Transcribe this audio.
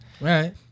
Right